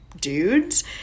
dudes